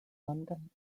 london